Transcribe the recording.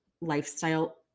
lifestyle